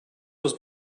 was